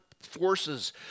forces